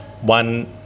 One